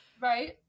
right